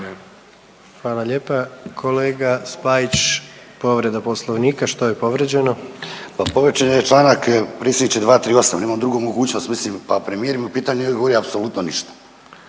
Hvala lijepa. Kolega Spajić, povreda Poslovnika, što je povrijeđeno? **Spajić, Daniel (DP)** Pa povrijeđen je članak, predsjedniče, 238, nemam drugu mogućnost. Mislim pa premijer mi pitanje nije odgovorio apsolutno ništa.